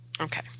Okay